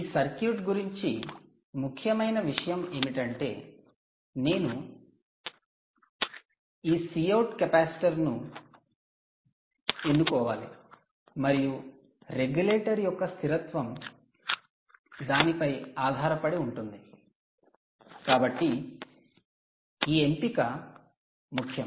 ఈ సర్క్యూట్ గురించి ముఖ్యమైన విషయం ఏమిటంటే నేను ఈ Cout కెపాసిటర్ను ఎన్నుకోవాలి మరియు రెగ్యులేటర్ యొక్క స్థిరత్వం దానిపై ఆధారపడి ఉంటుంది కాబట్టి ఈ ఎంపిక ముఖ్యం